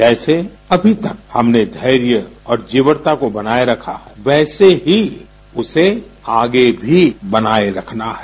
जैसे अभी तक हमने धैर्य और जीवटता को बनाए रखा है वैसे ही उसे आगे भी बनाए रखना है